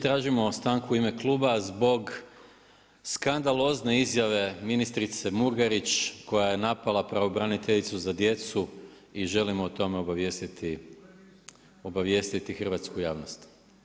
Tražimo stanku u ime kluba zbog skandalozne izjave ministrice Murganić koja je napala pravobraniteljicu za djecu i želimo o tome obavijestiti hrvatsku javnost.